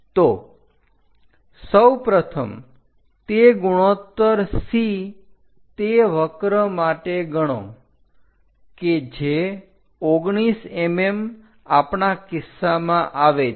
તો સૌપ્રથમ તે ગુણોત્તર C તે વક્ર માટે ગણો કે જે 19 mm આપણાં કિસ્સામાં આવે છે